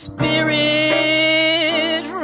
Spirit